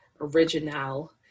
original